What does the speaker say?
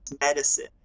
medicine